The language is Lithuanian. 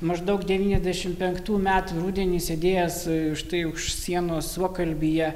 maždaug devyniasdešimt penktų metų rudenį sėdėjęs štai už sienos suokalbyje